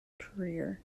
career